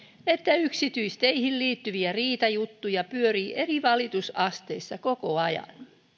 että yksityisteihin liittyviä riitajuttuja pyörii eri valitusasteissa koko ajan